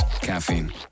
Caffeine